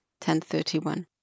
10.31